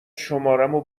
شمارمو